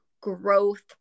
growth